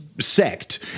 sect